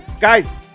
Guys